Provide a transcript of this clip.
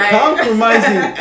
compromising